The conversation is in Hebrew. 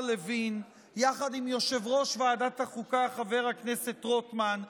לוין יחד עם יושב-ראש ועדת החוקה חבר הכנסת רוטמן,